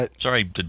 Sorry